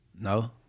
no